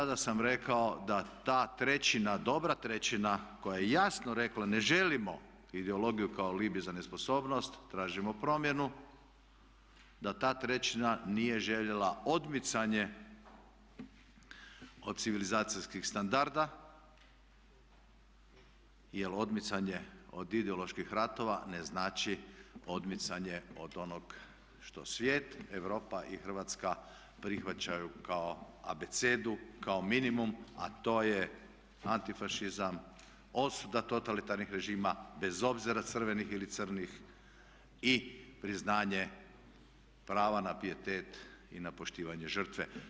Tada sam rekao da ta trećina, dobra trećina koja je jasno rekla ne želimo ideologiju kao alibi za nesposobnost, tražimo promjenu da ta trećina nije željela odmicanje od civilizacijskih standarda, jel odmicanje od ideoloških ratova ne znači odmicanje od onog što svijet, Europa i Hrvatska prihvaćaju kao abecedu, kao minimum a to ja antifašizam, osuda totalitarnih režima bez obzira crvenih ili crnih i priznanje prava na pijetet i poštivanje žrtve.